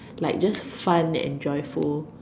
like just fun and joyful